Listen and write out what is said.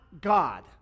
God